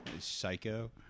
Psycho